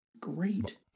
great